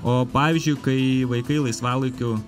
o pavyzdžiui kai vaikai laisvalaikiu